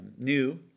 new